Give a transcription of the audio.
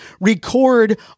record